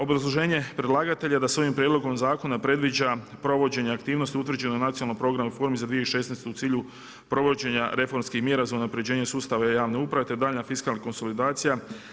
Obrazloženje predlagatelja je da se ovim prijedlogom zakona predviđa provođenje aktivnosti utvrđeno nacionalnim programom o … u cilju provođenja reformskih mjera za unapređenje sustava javne uprave te daljnja fiskalna konsolidacija.